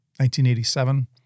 1987